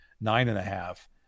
nine-and-a-half